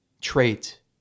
trait